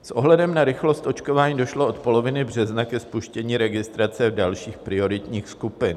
S ohledem na rychlost očkování došlo od poloviny března ke spuštění registrace dalších prioritních skupin.